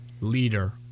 Leader